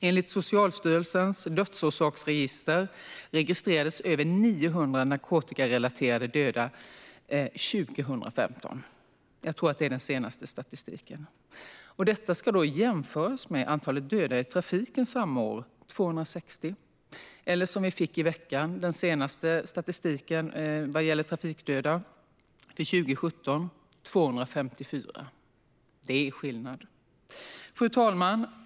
Enligt Socialstyrelsens dödsorsaksregister registrerades över 900 narkotikarelaterade dödsfall 2015. Jag tror att det är den senaste statistiken. Detta ska jämföras med antalet döda i trafiken samma år, som var 260. I veckan fick vi den senaste statistiken för 2017 vad gäller trafikdöda - antalet var 254. Det är skillnad. Fru talman!